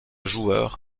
joueur